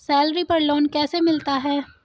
Salary पर loan कैसे मिलता है?